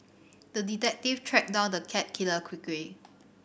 the detective tracked down the cat killer quickly